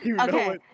Okay